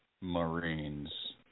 Marines